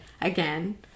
again